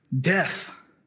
death